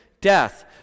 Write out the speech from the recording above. death